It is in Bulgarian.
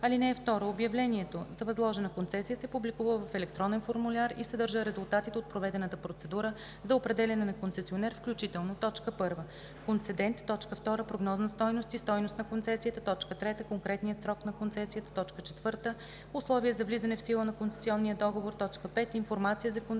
(2) Обявлението за възложена концесия се публикува в електронен формуляр и съдържа резултатите от проведената процедура за определяне на концесионер, включително: 1. концедент; 2. прогнозна стойност и стойност на концесията; 3. конкретния срок на концесията; 4. условия за влизане в сила на концесионния договор; 5. информация за концесионера